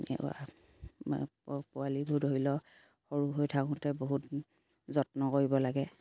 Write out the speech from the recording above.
পোৱালিবোৰ ধৰি লওক সৰু হৈ থাকোঁতে বহুত যত্ন কৰিব লাগে